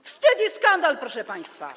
Wstyd i skandal, proszę państwa.